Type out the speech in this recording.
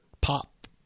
pop